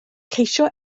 ceisio